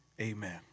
amen